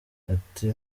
ati